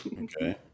okay